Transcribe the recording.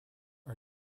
are